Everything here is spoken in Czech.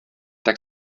tak